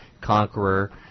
conqueror